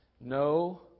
No